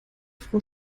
frau